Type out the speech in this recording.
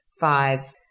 five